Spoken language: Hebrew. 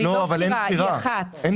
אבל אין בחירה.